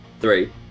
Three